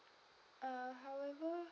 uh however